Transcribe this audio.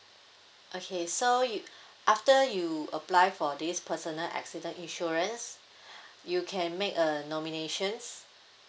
okay so you after you apply for this personal accident insurance you can make a nominations